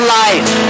life